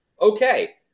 okay